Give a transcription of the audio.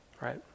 right